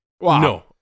no